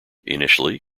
initially